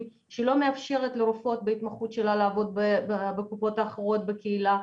שלא מאפשרת לרופאות בהתמחות שלה לעבוד בקופות החולים האחרות בקהילה,